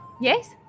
Yes